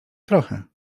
trochę